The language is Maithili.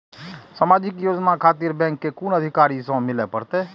समाजिक योजना खातिर बैंक के कुन अधिकारी स मिले परतें?